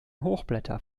hochblätter